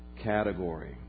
category